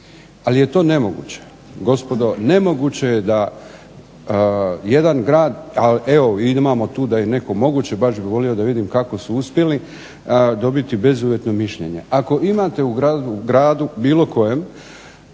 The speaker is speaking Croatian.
ali je to nemoguće. Gospodo, nemoguće je da jedan grad, ali evo imamo tu da je neko moguće. Baš bih volio da vidim kako su uspjeli dobiti bezuvjetno mišljenje. Ako imate u gradu bilo kojem